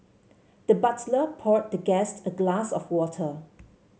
the butler poured the guest a glass of water